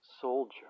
soldier